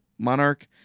Monarch